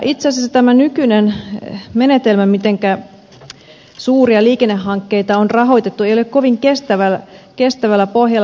itse asiassa tämä nykyinen menetelmä jolla suuria liikennehankkeita on rahoitettu ei ole kovin kestävällä pohjalla